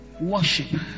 worship